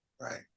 right